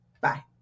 Bye